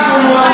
אנחנו,